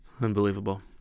Unbelievable